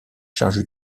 charge